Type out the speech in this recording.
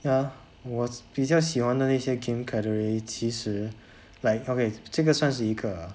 ya 我比较喜欢的那一些 game categories 其实 like okay 这个算是一个